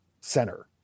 center